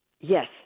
Yes